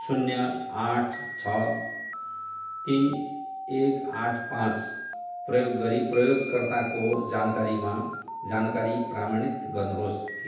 शून्य आठ छ तिन एक आठ पाँच प्रयोग गरी प्रयोगकर्ताको जानकारीमा जानकारी प्रामाणित गर्नुहोस्